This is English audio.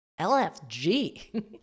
LFG